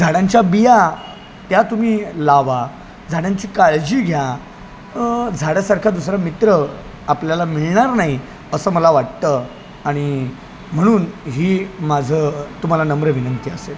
झाडांच्या बिया त्या तुम्ही लावा झाडांची काळजी घ्या झाडासारखा दुसरां मित्र आपल्याला मिळणार नाही असं मला वाटतं आणि म्हणून ही माझं तुम्हाला नम्र विनंती असेल